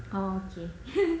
oh okay